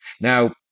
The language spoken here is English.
Now